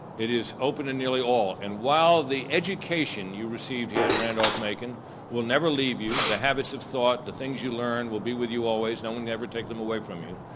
it is open to nearly all and while the education you received here at randolph-macon will never leave you, the habits of thought, the things you learned will be with you always. no one can ever take them away from you.